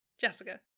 jessica